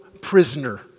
prisoner